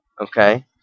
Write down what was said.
Okay